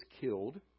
killed